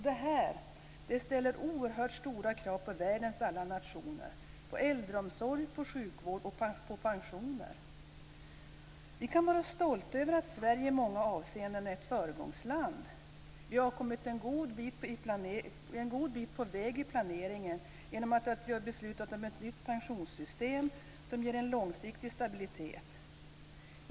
Detta ställer oerhört stora krav på världens alla nationer när det gäller äldreomsorg, sjukvård och pensioner. Vi kan vara stolta över att Sverige i många avseenden är ett föregångsland. Vi har kommit en god bit på väg i planeringen genom att vi beslutat om ett nytt pensionssystem som ger en långsiktig stabilitet.